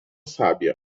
sábia